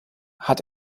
hat